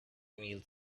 meals